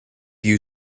you